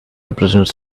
represents